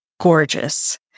gorgeous